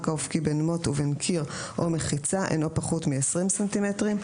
האופקי בין מוט ובין קיר או מחיצה אינו פחות מעשרים סנטימטרים.